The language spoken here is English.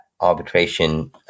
arbitration